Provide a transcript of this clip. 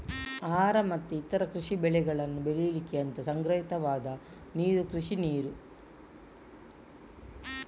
ಆಹಾರ ಮತ್ತೆ ಇತರ ಕೃಷಿ ಬೆಳೆಗಳನ್ನ ಬೆಳೀಲಿಕ್ಕೆ ಅಂತ ಸಂಗ್ರಹಿತವಾದ ನೀರು ಕೃಷಿ ನೀರು